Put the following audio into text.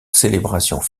célébrations